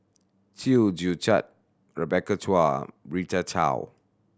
Chew Joo Chiat Rebecca Chua Rita Chao